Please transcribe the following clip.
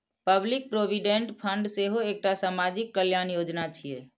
public provident fund सेहो एकटा सामाजिक कल्याण योजना छियै